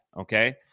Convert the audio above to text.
okay